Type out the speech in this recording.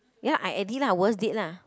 ya I edit lah worst date lah